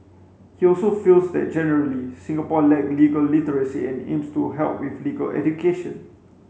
he also feels that generally Singapore lack legal literacy and aims to help with legal education